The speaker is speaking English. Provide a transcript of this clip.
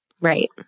Right